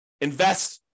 invest